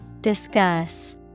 Discuss